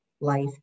Life